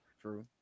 True